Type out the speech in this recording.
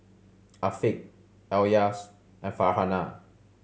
Afiq Elyas and Farhanah